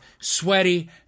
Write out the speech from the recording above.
sweaty